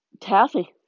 taffy